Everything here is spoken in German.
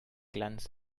glanz